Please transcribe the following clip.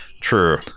True